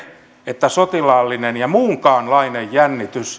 että sotilaallinen tai muunkaanlainen jännite